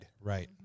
right